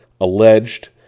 alleged